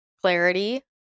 clarity